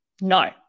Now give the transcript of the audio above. no